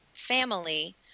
family